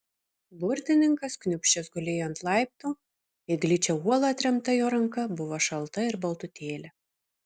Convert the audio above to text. burtininkas kniūbsčias gulėjo ant laiptų į gličią uolą atremta jo ranka buvo šalta ir baltutėlė